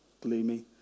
gloomy